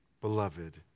beloved